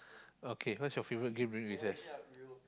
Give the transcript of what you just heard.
okay what's your favourite game during recess